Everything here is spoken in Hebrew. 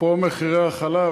אפרופו מחירי החלב,